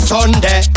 Sunday